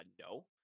no